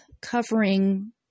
covering